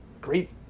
great